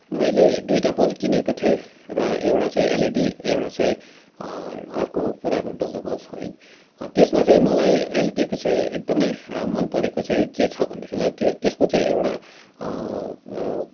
मैले दुईवटा बल्ब किनेको थिएँ र एउटा चाहिँ एलइडी एउटा चाहिँ अर्को पुरानो डल्लो बल्ब है त्यसमा चाहिँ मलाई एलइडीको चाहिँ एकदमै मनपरेको चाहिँ के छ भनेदेखिलाई त्यो त्यसको चाहिँ एउटा